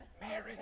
Mary